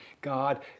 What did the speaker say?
God